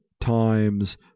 times